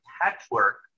patchwork